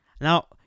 Now